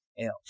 else